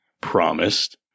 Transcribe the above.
promised